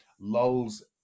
lulls